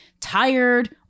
tired